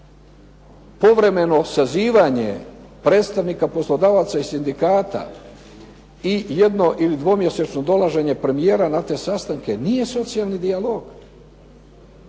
povremeno sazivanje predstavnika poslodavaca i sindikata i jedno ili dvomjesečno dolaženje premijera na te sastanke nije socijalni dijalog.